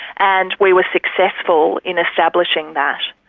and we were successful in establishing that.